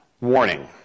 Warning